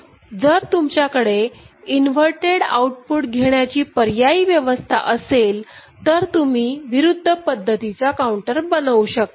जर तुमच्याकडे inverted output घेण्याची पर्यायी व्यवस्था असेल तर तुम्ही विरुद्ध पद्धतीचा काउंटर बनवू शकतात